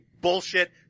bullshit